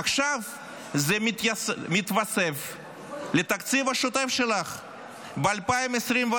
עכשיו זה מתווסף לתקציב השוטף שלך ב-2024.